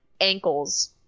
ankles